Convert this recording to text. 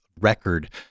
record